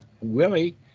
Willie